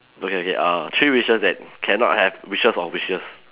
okay okay err three wishes that cannot have wishes or wishes